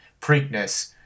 Preakness